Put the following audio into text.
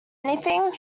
anything